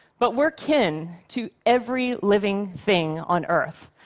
but we're kin to every living thing on earth.